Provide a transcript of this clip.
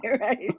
right